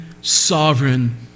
sovereign